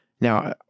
Now